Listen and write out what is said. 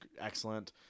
excellent